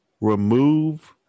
Remove